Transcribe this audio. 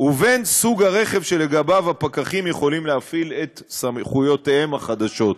ובין סוג הרכב שלגביו הפקחים יכולים להפעיל את סמכויותיהם החדשות.